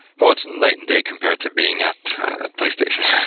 oh, it's night and day compared to being at at playstation.